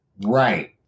Right